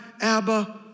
Abba